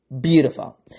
Beautiful